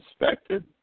inspected